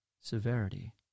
severity